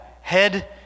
head